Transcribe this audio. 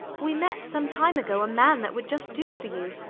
we met some time ago a man that would just do for you,